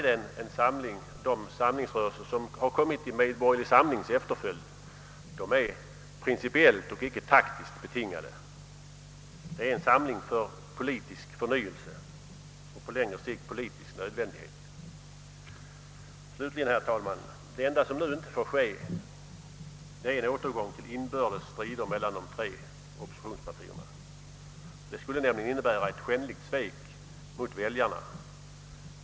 De samlingsrörelser som har kommit i Medborgerlig samlings efterföljd är principiellt och inte taktiskt betingade. Det är en samling för politisk förnyelse, på längre sikt en politisk nödvändighet. Slutligen vill jag, herr talman, säga att det enda som nu inte får ske är en återgång till inbördes strider mellan de tre oppositionspartierna. Det skulle nämligen innebära ett skändligt svek emot väljarna.